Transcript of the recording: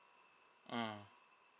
mm